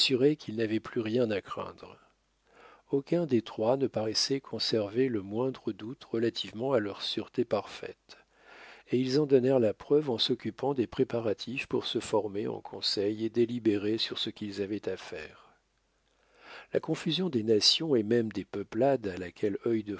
qu'ils n'avaient plus rien à craindre aucun des trois ne paraissait conserver le moindre doute relativement à leur sûreté parfaite et ils en donnèrent la preuve en s'occupant des préparatifs pour se former en conseil et délibérer sur ce qu'ils avaient à faire la confusion des nations et même des peuplades à laquelle